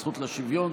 הזכות לשוויון),